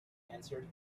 answered